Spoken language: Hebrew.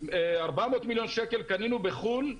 400 מיליון שקל קנינו בחו"ל,